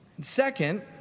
Second